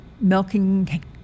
milking